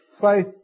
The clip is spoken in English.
faith